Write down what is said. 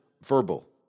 verbal